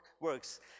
works